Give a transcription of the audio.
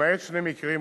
למעט שני מקרים,